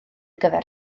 gyfer